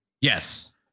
Yes